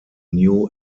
new